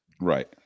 right